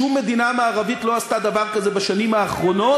שום מדינה מערבית לא עשתה דבר כזה בשנים האחרונות.